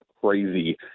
crazy